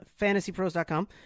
FantasyPros.com